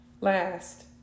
last